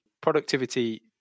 Productivity